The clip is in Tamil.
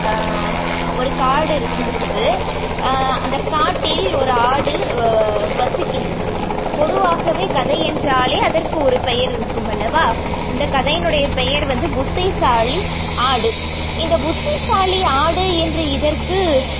ஒரு காடு இருக்கின்றது அந்த காட்டில் ஒரு ஆடு வசிக்கின்றது பொதுவாகவே கதை என்றாலே அதற்கு ஒரு பெயர் இருக்கும் அல்லவா இந்த கதையினுடைய பெயர் வந்து புத்திசாலி ஆடு இந்த புத்திசாலி ஆடு என்று இதற்கு